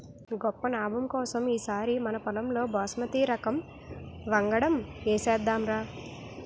గొప్ప నాబం కోసం ఈ సారి మనపొలంలో బాస్మతి రకం వంగడం ఏసేద్దాంరా